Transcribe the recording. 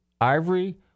ivory